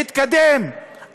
להתקדם,